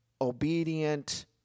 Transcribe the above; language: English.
obedient